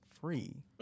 free